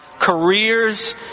careers